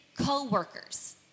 co-workers